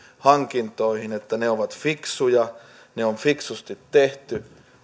hankintoihin että ne ovat fiksuja ne on fiksusti tehty